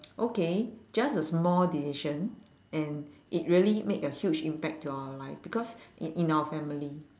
okay just a small decision and it really made a huge impact to our life because i~ in our family